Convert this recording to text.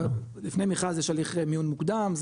לפני מכרז יש הליך מיון מוקדם,